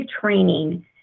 training